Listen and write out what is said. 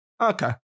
okay